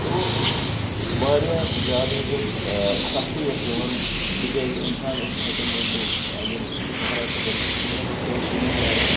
تو واریاہ زیادٕ حظ اوس سختی ٲس یِوان تِکیٛازِ انسان اوس نہٕ ہٮ۪کان مٲنۍ تو اگر شہر آسہِ ہا گژھُن صُبحن اوس پٮ۪وان سُلی نیرُن